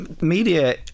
media